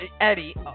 Eddie